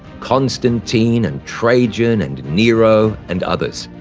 constantine, and trajan, and nero, and others.